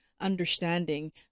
understanding